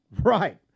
Right